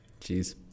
Jeez